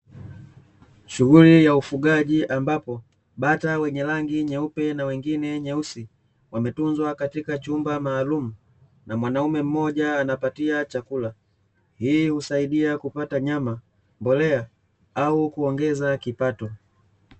Shughuli ya ufugaji ambapo bata wenye rangi nyeupe na wengine nyeusi, wametunzwa katika chumba maalumu na mwanaume mmoja anawapatia chakula. Hii husaidia kupata nyama, mbolea au kuongeza kipato.